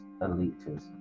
elitism